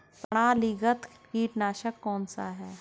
प्रणालीगत कीटनाशक कौन सा है?